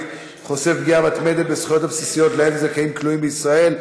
חושף פגיעה מתמדת בזכויות הבסיסיות שלהן זכאים כלואים בישראל,